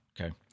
okay